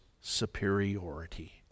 superiority